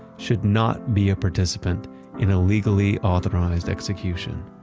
should not be a participant in a legally authorized execution.